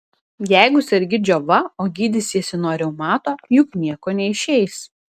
jeigu sergi džiova o gydysiesi nuo reumato juk nieko neišeis